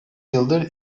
yıldır